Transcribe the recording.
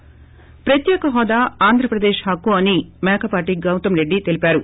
ి ప్రత్యేక హోదా ఆంధ్రప్రదేశ్ హక్కు అని మంత్రి మేకపాటి గౌతమ్రెడ్డి తెలిపారు